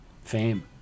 fame